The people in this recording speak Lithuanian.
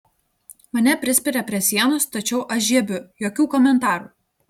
mane prispiria prie sienos tačiau aš žiebiu jokių komentarų